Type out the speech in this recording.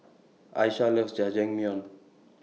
Aisha loves Jajangmyeon